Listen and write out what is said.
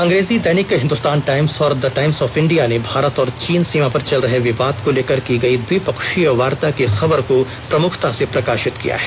अंग्रेजी दैनिक हिन्दुस्तान टाइम्स और द टाइम्स ऑफ इंडिया ने भारत और चीन सीमा पर चल रहे विवाद को लेकर की गई द्विपक्षीय वार्ता की खबर को प्रमुखता से प्रकाषित किया है